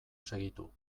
segitu